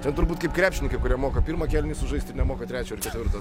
ten turbūt kaip krepšininkai kurie moka pirmą kėlinį sužaist ir nemoka trečio ir ketvirto